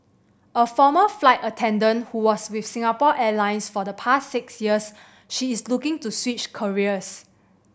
a former flight attendant who was with Singapore Airlines for the past six years she is looking to switch careers